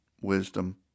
wisdom